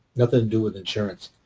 nothing to do with insurance,